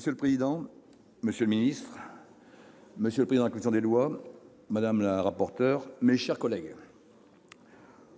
Monsieur le président, monsieur le ministre, monsieur le président de la commission des lois, madame la rapporteure, mes chers collègues,